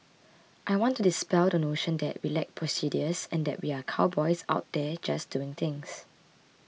I want to dispel the notion that we lack procedures and that we are cowboys out there just doing things